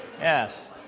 Yes